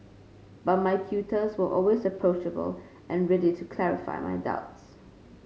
but my tutors were always approachable and ready to clarify my doubts